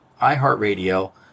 iHeartRadio